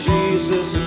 Jesus